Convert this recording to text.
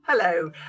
Hello